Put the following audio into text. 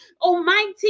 Almighty